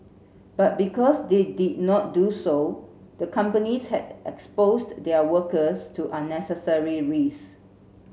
but because they did not do so the companies had exposed their workers to unnecessary risks